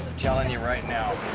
telling you right now.